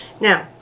Now